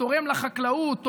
תורם לחקלאות,